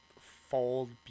fold